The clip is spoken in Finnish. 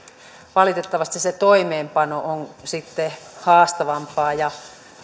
valitettavasti se toimeenpano on sitten haastavampaa ja